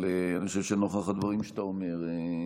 אבל אני חושב שנוכח הדברים שאתה אומר,